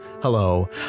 Hello